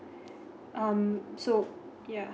um so yeah